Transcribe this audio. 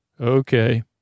Okay